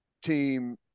team